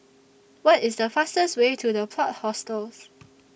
What IS The fastest Way to The Plot Hostels